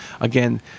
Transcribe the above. again